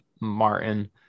martin